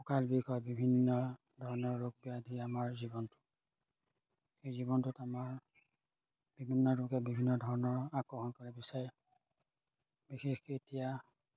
কঁকাল বিষ হয় বিভিন্ন ধৰণৰ ৰোগ ব্যাধি আমাৰ জীৱনটো এই জীৱনটোত আমাৰ বিভিন্ন ৰোগে বিভিন্ন ধৰণৰ আকৰ্ষণ কৰিব বিচাৰে বিশেষকৈ এতিয়া